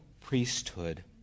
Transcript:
priesthood